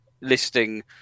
listing